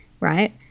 right